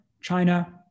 China